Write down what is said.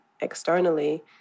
externally